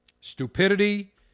Stupidity